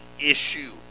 issue